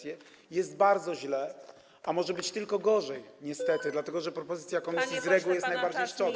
Jest bardzo źle, a może być tylko gorzej, dlatego że propozycja Komisji z reguły jest najbardziej szczodra.